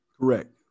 Correct